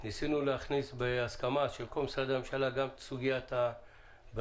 ניסינו להשיג בהסכמה של כל משרדי הממשלה גם את סוגיית בריכות